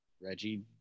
Reggie